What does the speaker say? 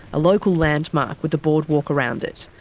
a local landmark with a boardwalk around it.